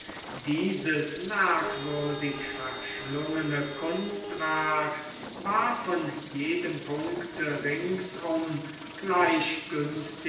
dieses merkwürdig verschlungene kunstwerk war von jedem punkte ringsum